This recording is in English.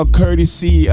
courtesy